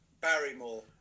Barrymore